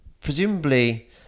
presumably